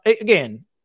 again